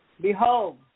Behold